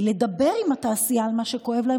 לדבר עם התעשייה על מה שכואב להם,